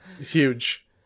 huge